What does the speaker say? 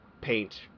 paint